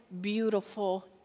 beautiful